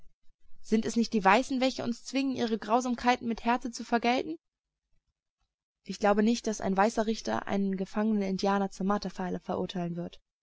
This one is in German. sind es nicht die weißen welche uns zwingen ihre grausamkeiten mit härte zu vergelten ich glaube nicht daß ein weißer richter einen gefangenen indianer zum marterpfahle verurteilen wird